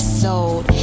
sold